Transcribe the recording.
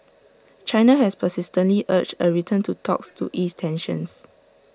China has persistently urged A return to talks to ease tensions